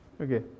Okay